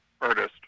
artist